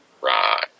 Right